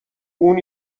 اون